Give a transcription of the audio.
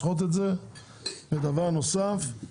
דבר נוסף,